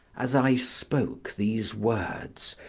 as i spoke these words,